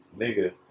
nigga